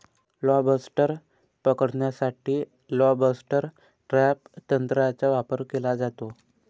lobster पकडण्यासाठी lobster trap तंत्राचा वापर केला जातो